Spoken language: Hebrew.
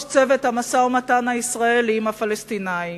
צוות המשא-ומתן הישראלי עם הפלסטינים.